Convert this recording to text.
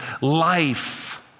life